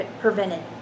prevented